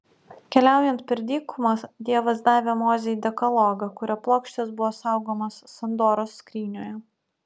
keliaujant per dykumą dievas davė mozei dekalogą kurio plokštės buvo saugomos sandoros skrynioje